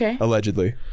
allegedly